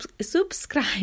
subscribe